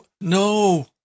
No